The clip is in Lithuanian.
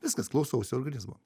viskas klausausi organizmo